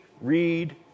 read